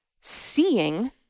seeing